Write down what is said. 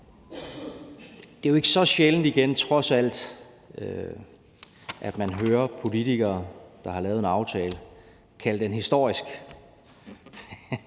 Det er jo ikke så sjældent igen, trods alt, at man hører politikere, der har lavet en aftale, kalde den historisk.